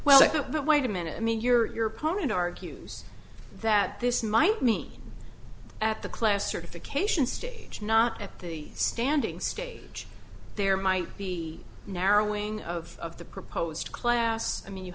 well but wait a minute i mean your post and argues that this might mean at the class certification stage not at the standing stage there might be narrowing of the proposed class i mean you